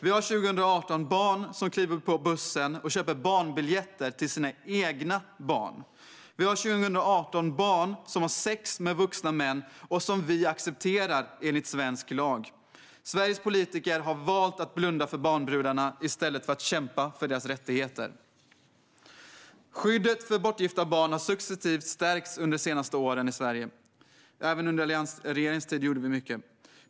År 2018 har vi barn som kliver på bussen och som köper barnbiljetter till sina egna barn. År 2018 har vi barn som har sex med vuxna män, vilket vi accepterar enligt svensk lag. Sveriges politiker har valt att blunda för barnbrudarna i stället för att kämpa för deras rättigheter. Skyddet för bortgifta barn har successivt stärkts under de senaste åren i Sverige. Även under alliansregeringens tid gjorde vi mycket.